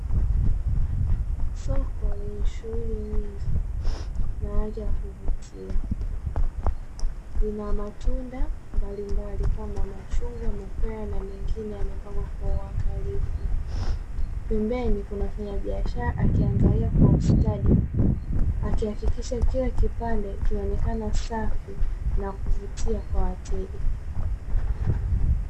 Soko lenye shughuli nyingi na mandhari ya kuvutia lina matunda mbalimbali kama machugwa, mapera na mengine yamepangwa kwa uangalifu. Pembeni kuna mfanyabiashara akiaangalia kwa ustadi, akihakikisha kila kipande kinaonekana safi na kuvutia kwa wateja.